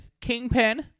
Kingpin